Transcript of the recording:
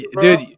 dude